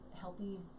healthy